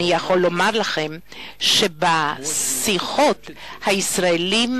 אני יכול לומר לכם שבשיחות הישראלים